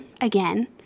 again